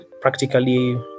practically